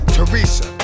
Teresa